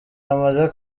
bamaze